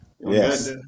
Yes